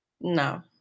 No